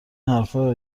حرفا